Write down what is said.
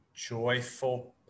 joyful